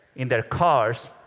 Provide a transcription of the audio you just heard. in their cars,